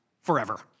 forever